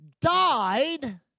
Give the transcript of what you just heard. died